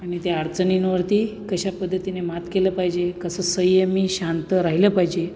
आणि त्या अडचणींवरती कशा पद्धतीने मात केलं पाहिजे कसं संयमी शांत राहिलं पाहिजे